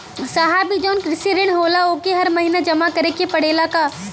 साहब ई जवन कृषि ऋण होला ओके हर महिना जमा करे के पणेला का?